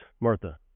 Martha